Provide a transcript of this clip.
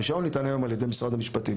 הרישיון ניתן היום על ידי משרד המשפטים.